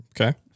Okay